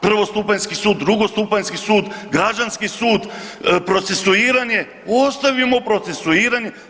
Prvostupanjski sud, drugostupanjski sud, građanski sud, procesuiranje, ostavimo procesuiranje.